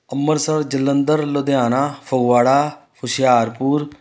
Amritsar Jalandhar Ludhiana Phagwara Hoshiarpur